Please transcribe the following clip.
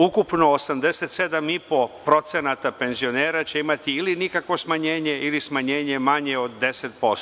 Ukupno 87,5% penzionera će imati ili nikakvo smanjenje ili smanjenje manje od 10%